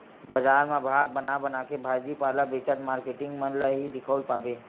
बजार म भाग बना बनाके भाजी पाला बेचत मारकेटिंग मन ल ही दिखउल पाबे